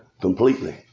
completely